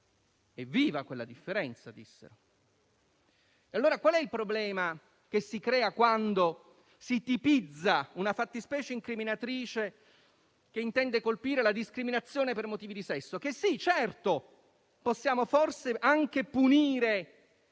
Evviva quella differenza, dissero. Si crea un problema quando si tipizza una fattispecie incriminatrice che intende colpire la discriminazione per motivi di sesso, che possiamo forse anche punire;